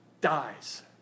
dies